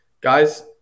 Guys